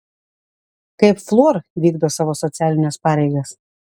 kaip fluor vykdo savo socialines pareigas